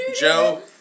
Joe